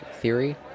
theory